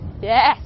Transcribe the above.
Yes